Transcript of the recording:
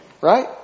right